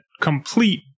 complete